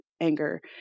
anger